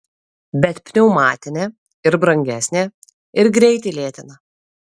bet pneumatinė ir brangesnė ir greitį lėtina